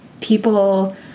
people